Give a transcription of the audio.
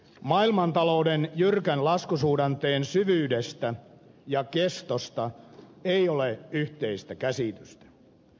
maailmantalouden jyrkän laskusuhdanteen syvyydestä ja kestosta ei ole yhteistä käsitystä